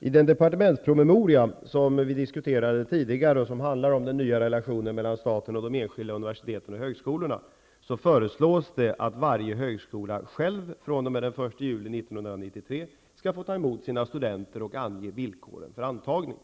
i den departementspromemoria som vi diskuterade tidigare och som handlar om den nya relationen mellan staten och de enskilda universiteten och högskolorna föreslås det att varje högskola själv fr.o.m. 1 juli 1993 skall få ta emot sina studenter och ange villkoren för antagning.